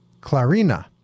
clarina